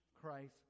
Christ